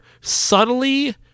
subtly